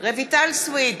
רויטל סויד,